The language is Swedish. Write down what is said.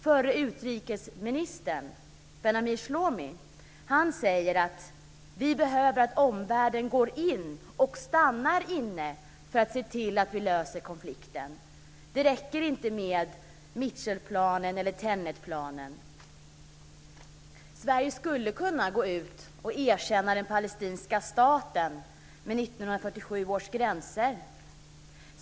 Förre utrikesministern Schlomo Ben-Ami säger: Vi behöver att omvärlden går in och stannar inne för att vi ska kunna lösa konflikten. Det räcker inte Mitchellplanen eller Tenetplanen. Sverige skulle kunna erkänna den palestinska staten med 1947 års gränser.